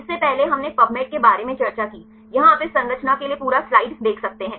इससे पहले हमने पबमेड़ के बारे में चर्चा की यहां आप इस संरचना के लिए पूरा स्लाइड देख सकते हैं